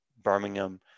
Birmingham